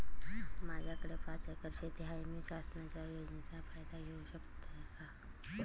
माझ्याकडे पाच एकर शेती आहे, मी शासनाच्या योजनेचा फायदा घेऊ शकते का?